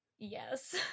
yes